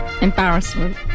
Embarrassment